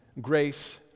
Grace